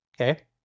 Okay